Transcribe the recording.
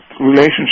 relationship